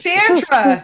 Sandra